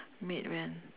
maid went